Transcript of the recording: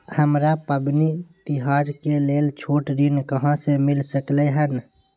हमरा पबनी तिहार के लेल छोट ऋण कहाँ से मिल सकलय हन?